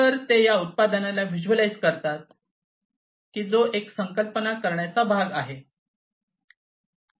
तर ते या उत्पादनाला व्हिज्युअलायझ करतात की जो एक कल्पना करण्याचा भाग आहे